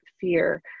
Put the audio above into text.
fear